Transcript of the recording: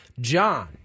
John